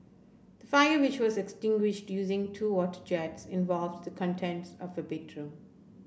the fire which was extinguished using two water jets involved the contents of a bedroom